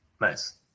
nice